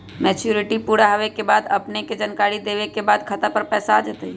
Maturity पुरा होवे के बाद अपने के जानकारी देने के बाद खाता पर पैसा आ जतई?